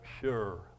sure